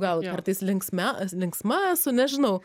gal kartais linksme linksma esu nežinau